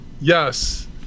Yes